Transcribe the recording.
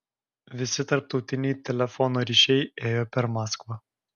visi tarptautiniai telefono ryšiai ėjo per maskvą